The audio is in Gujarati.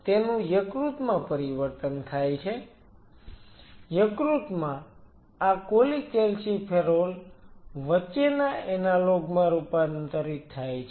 તેનું યકૃતમાં પરિવહન થાય છે યકૃતમાં આ કોલીકેલ્સીફેરોલ વચ્ચેના એનાલોગ માં રૂપાંતરિત થાય છે